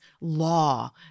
law